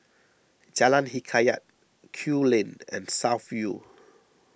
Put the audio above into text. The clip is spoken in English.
Jalan Hikayat Kew Lane and South View